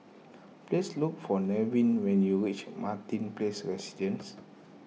please look for Nevin when you reach Martin Place Residences